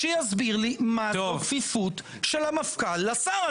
שיסביר לי מה זו כפיפות של המפכ"ל לשר.